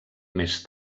més